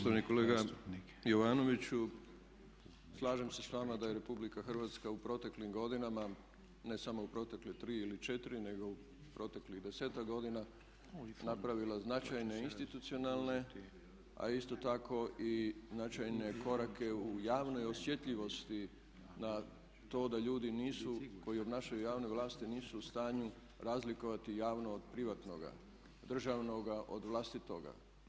Poštovani kolega Jovanoviću, slažem se sa vama da je Republika Hrvatska u proteklim godinama, ne samo u protekle tri ili četiri, nego u proteklih desetak godina napravila značajne institucionalne a isto tako i značajne korake u javnoj osjetljivosti na to da ljudi nisu koji obnašaju javne vlasti nisu u stanju razlikovati javno od privatnoga, državnoga od vlastitoga.